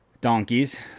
donkeys